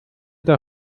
der